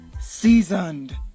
seasoned